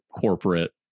corporate